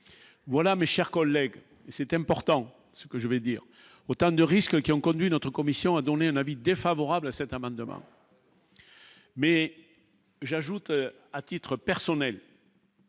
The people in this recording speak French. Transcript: voilà, mes chers collègues, et c'est important ce que je vais dire autant de risques qui ont conduit notre commission a donné un avis défavorable à cet amendement. Mais j'ajoute, à titre personnel.